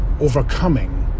overcoming